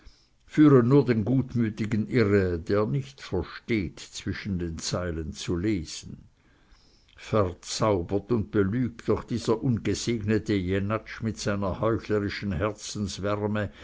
führen nur den gutmütigen irre der nicht versteht zwischen den zeilen zu lesen verzaubert und belügt doch dieser ungesegnete jenatsch mit seiner heuchlerischen